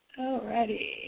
alrighty